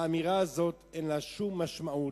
האמירה הזאת אין לה שום משמעות.